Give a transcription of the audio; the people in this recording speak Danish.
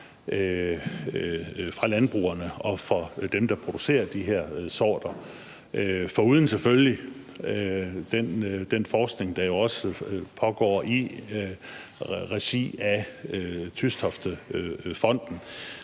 fra landbrugene og fra dem, der producerer de her sorter, foruden selvfølgelig den forskning, der også pågår i regi af Tystoftefonden.